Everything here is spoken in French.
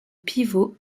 pivot